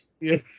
Yes